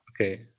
Okay